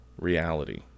reality